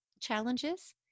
challenges